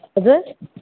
हजुर